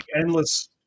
endless